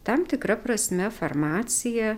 tam tikra prasme farmaciją